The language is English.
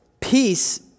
Peace